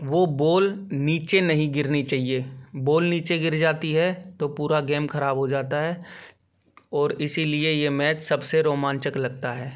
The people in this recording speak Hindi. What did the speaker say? वो बोल नीचे नहीं गिरनी चाहिए बोल नीचे गिर जाती है तो पूरा गेम खराब हो जाता है और इसीलिए यह मैच सबसे रोमांचक लगता है